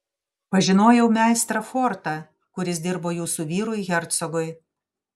pažinojau meistrą fortą kuris dirbo jūsų vyrui hercogui